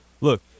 look